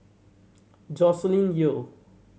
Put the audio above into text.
Joscelin Yeo